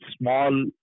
small